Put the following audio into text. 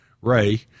Ray